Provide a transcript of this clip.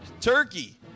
turkey